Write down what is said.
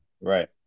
right